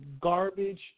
garbage